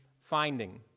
finding